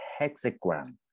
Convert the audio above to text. hexagram